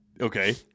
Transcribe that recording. Okay